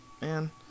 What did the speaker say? man